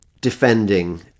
defending